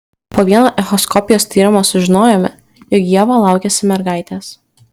po vieno echoskopijos tyrimo sužinojome jog ieva laukiasi mergaitės